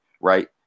right